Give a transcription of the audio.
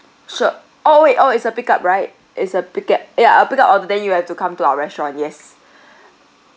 sure orh wait orh wait it's a pick up right it's a pickup ya a pick up order then you have to come to our restaurant yes